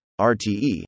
RTE